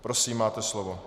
Prosím, máte slovo.